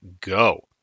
go